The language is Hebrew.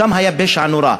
שם היה פשע נורא,